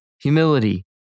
humility